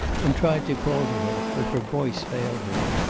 and tried to call to him, but her voice failed her.